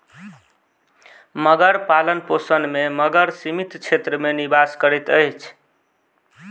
मगर पालनपोषण में मगर सीमित क्षेत्र में निवास करैत अछि